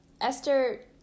Esther